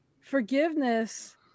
forgiveness